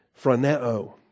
Franeo